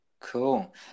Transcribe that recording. Cool